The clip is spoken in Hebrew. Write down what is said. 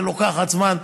שלוקחת זמן,